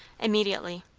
immediately.